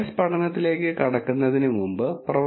case പഠനത്തിലേക്ക് കടക്കുന്നതിന് മുമ്പ് പ്രൊഫ